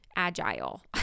agile